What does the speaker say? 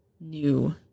new